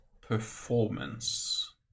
performance